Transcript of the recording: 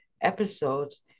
episodes